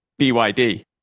BYD